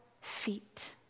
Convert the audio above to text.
feet